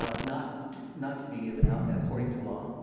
ah not not to be given out according to law.